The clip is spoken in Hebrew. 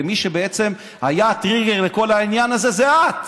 ומי שבעצם היה טריגר לכל העניין הזה זו את.